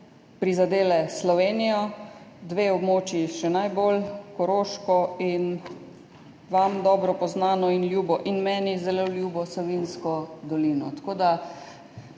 prizadele Slovenijo, dve območji še najbolj, Koroško in vam dobro poznano in ljubo in meni zelo ljubo Savinjsko dolino.